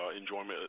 enjoyment